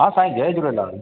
हा साईं जय झूलेलाल